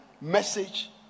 message